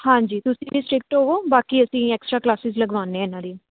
ਹਾਂਜੀ ਤੁਸੀਂ ਵੀ ਸਟਿੱਕਟ ਹੋਵੋ ਬਾਕੀ ਅਸੀਂ ਐਕਸਟਰਾ ਕਲਾਸਿਸ ਲਗਵਾਉਂਦੇ ਹਾਂ ਇਹਨਾਂ ਦੀ